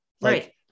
Right